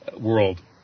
world